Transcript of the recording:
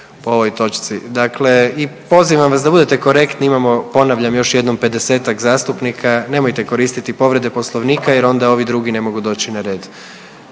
pozivam vas da budete korektni imamo ponavljam još jednom 50-ak zastupnika, nemojte koristiti povrede Poslovnika jer onda ovi drugi ne mogu doći na red.